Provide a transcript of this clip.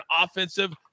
offensive